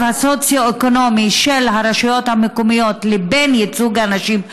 הסוציו-אקונומי של הרשויות המקומיות לבין ייצוג הנשים,